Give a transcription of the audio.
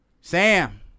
Sam